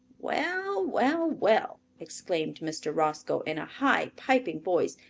well! well! well! exclaimed mr. roscoe, in a high piping voice.